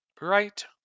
right